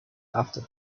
after